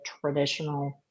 traditional